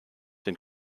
den